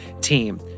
Team